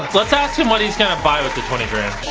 lets ask him what he's going to buy with the twenty grand.